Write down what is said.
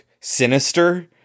sinister